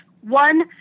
one